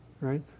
right